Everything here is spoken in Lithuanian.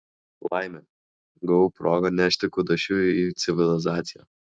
laimė gavau progą nešti kudašių į civilizaciją